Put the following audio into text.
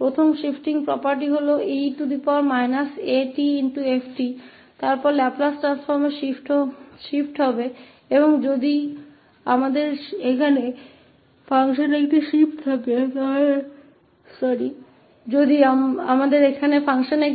पहले शिफ्टिंग propertyहै e atfको लाप्लास में बदलाव किया जाएगा और अगर हम समारोह में यहाँ एक पारी है फिर वहाँ एक घटक e as𝐹 𝑠